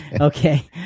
Okay